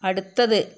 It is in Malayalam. അടുത്തത്